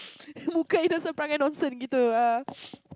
nonsense ah